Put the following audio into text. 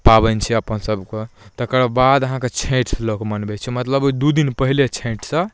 पाबनि छै अपन सभके तकर बाद अहाँकेँ छठि लोक मनबै छै मतलब दू दिन पहिले छठिसँ